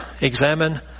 Examine